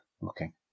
looking